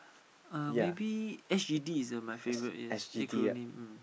uh maybe S_G_D is my favorite yes acronym mm